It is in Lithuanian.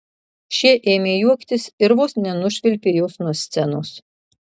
šie ėmė juoktis ir vos nenušvilpė jos nuo scenos